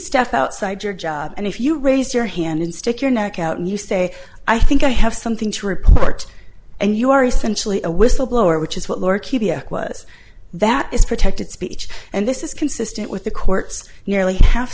step outside your job and if you raise your hand and stick your neck out and you say i think i have something to report and you are essentially a whistleblower which is what laura kiya was that is protected speech and this is consistent with the court's nearly half